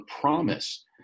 promise